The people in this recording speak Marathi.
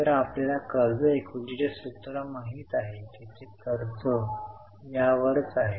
तर आपल्याला कर्ज इक्विटीचे सूत्र माहित आहे की ते कर्ज यावरच आहे